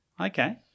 Okay